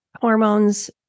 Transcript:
hormones